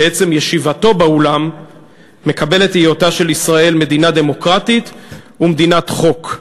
בעצם ישיבתו באולם מקבל את היותה של ישראל מדינה דמוקרטית ומדינת חוק.